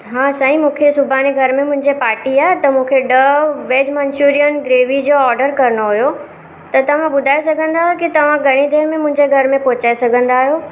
हा साईं मूंखे सुभाणे घर में मुंहिंजे पाटी आहे त मूंखे ॾह वैज मंचूरियन ग्रेवी जो ऑडर करिणो हुओ त तव्हां ॿुधाए सघंदा आहियो कि तव्हां घणी देरि में मुंहिंजे घर में पहुचाए सघंदा आहियो